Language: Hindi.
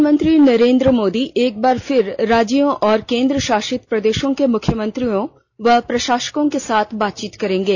प्रधानमंत्री नरेंद्र मोदी एक बार फिर राज्यों और केंद्रशासित प्रदेशों के मुख्यमंत्रियों व प्रशासकों के साथ बातचीत करेंगे